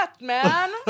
man